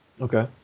okay